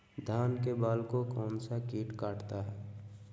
धान के बाल को कौन सा किट काटता है?